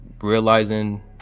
realizing